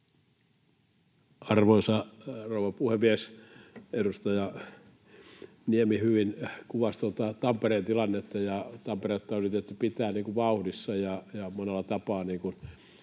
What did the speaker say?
Arvoisa rouva puhemies! Edustaja Niemi hyvin kuvasi tuota Tampereen tilannetta. Tamperetta on yritetty pitää vauhdissa ja monella tapaa